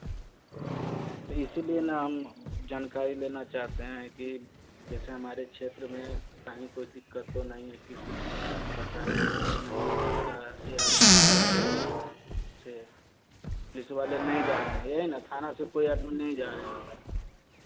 तो इसीलिए ना हम जानकारी लेना चाहते है कि जैसे हमारे क्षेत्र में कहीं कोई दिक्कत तो नहीं है किसी परेशानी में तो नहीं है जनता या पुलिस वाले से पुलिस वाले नहीं जा रहे हैं यही न थाना से कोई आदमी नहीं जा रहे है वहाँ